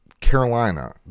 Carolina